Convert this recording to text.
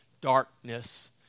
darkness